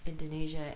Indonesia